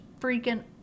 freaking